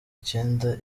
icyenda